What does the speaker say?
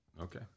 Okay